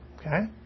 okay